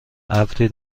ابری